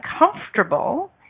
uncomfortable